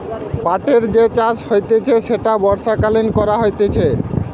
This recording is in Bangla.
পাটের যে চাষ হতিছে সেটা বর্ষাকালীন করা হতিছে